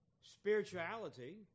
spirituality